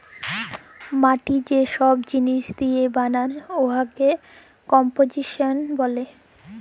মাটি যে ছব জিলিস দিঁয়ে বালাল উয়াকে কম্পসিশল ব্যলে